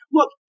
Look